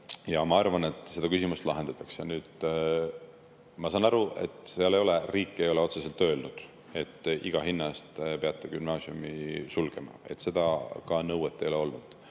Ja ma arvan, et seda küsimust lahendatakse. Ma saan aru, et riik ei ole otseselt öelnud, et iga hinna eest peab gümnaasiumi sulgema. Seda nõuet ei ole olnud.